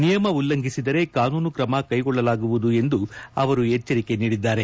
ನಿಯಮ ಉಲ್ಲಂಘಿಸಿದರೆ ಕಾನೂನು ಕ್ರಮ ಕೈಗೊಳ್ಳಲಾಗುವುದು ಎಚ್ಚರಿಕೆ ನೀಡಿದ್ದಾರೆ